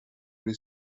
les